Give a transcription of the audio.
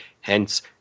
hence